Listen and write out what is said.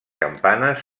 campanes